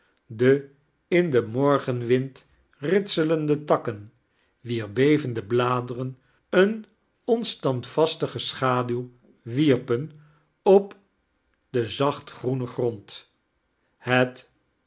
de in den morgenwind ritselende takken wier bevende bladeren eene onstandvastige schaduw wierpen op den zacht groenen grond het